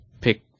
pick